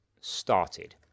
started